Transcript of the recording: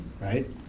right